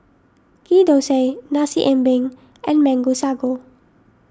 Ghee Thosai Nasi Ambeng and Mango Sago